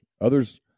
others